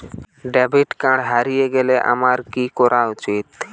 Debit card হারিয়ে গেলে আমার কি করা উচিৎ?